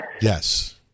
Yes